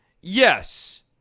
Yes